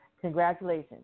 Congratulations